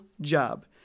job